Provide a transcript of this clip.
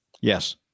Yes